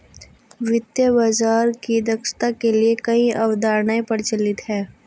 वित्तीय बाजार की दक्षता के लिए कई अवधारणाएं प्रचलित है